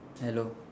hello